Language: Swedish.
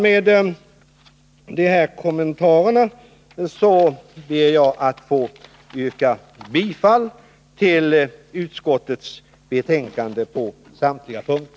Med de här kommentarerna ber jag att få yrka bifall till utskottets hemställan på samtliga punkter.